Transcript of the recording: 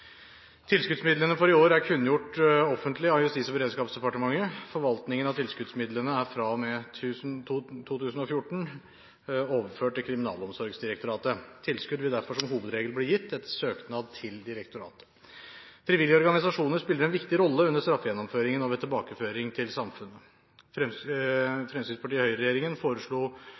Tilskuddsmidlene for i år er kunngjort offentlig av Justis- og beredskapsdepartementet. Forvaltningen av tilskuddsmidlene er fra og med 2014 overført til Kriminalomsorgsdirektoratet. Tilskudd vil derfor som hovedregel bli gitt etter søknad til direktoratet. Frivillige organisasjoner spiller en viktig rolle under straffegjennomføringen og ved tilbakeføring til samfunnet. Høyre–Fremskrittsparti-regjeringen foreslo å øke bevilgningene og